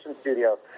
studios